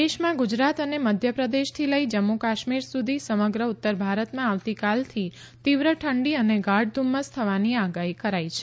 હવામાન દેશમાં ગુજરાત અને મધ્યપ્રદેશથી લઇ જમ્મુ કાશ્મીર સુધી સમગ્ર ઉત્તરભારતમાં આવતીકાલથી તીવ્ર ઠંડી અને ગાઢ ધુમ્મસ થવાની આગાહી કરાઇ છે